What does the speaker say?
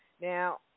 Now